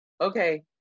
okay